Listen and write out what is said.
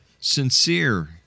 sincere